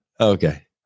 Okay